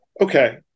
Okay